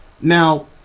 now